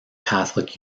catholic